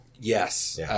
Yes